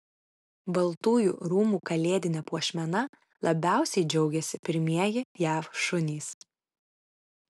baltųjų rūmų kalėdine puošmena labiausiai džiaugiasi pirmieji jav šunys